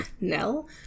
Nell